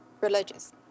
religious